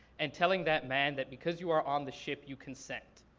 and telling that man that because you are on the ship you consent.